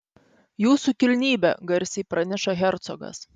jūsų kilnybe garsiai praneša hercogas